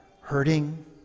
hurting